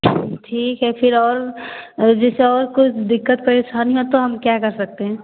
ठीक है फिर और जैसे और कुछ दिक्कत परेशानी हो तो हम क्या कर सकते हैं